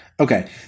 Okay